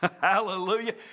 Hallelujah